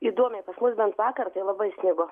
įdomiai pas mus bent vakar tai labai snigo